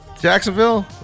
Jacksonville